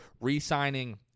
re-signing